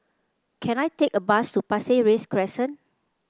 can I take a bus to Pasir Ris Crest